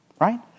right